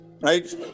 right